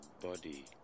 body